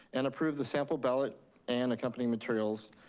and approve the sample ballot and accompanying materials,